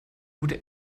gute